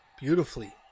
Beautifully